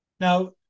Now